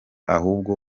ahubwo